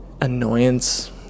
Annoyance